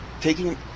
taking